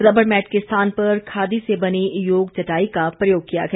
रबड़ मैट के स्थान पर खादी से बनी योग चटाई का प्रयोग किया गया